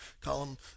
column